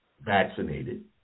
vaccinated